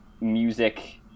music